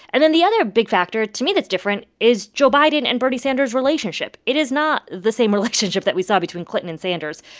and then the other big factor, to me, that's different is joe biden and bernie sanders' relationship. it is not the same relationship that we saw between clinton and sanders.